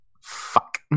fuck